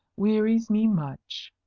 wearies me much.